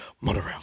monorail